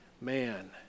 man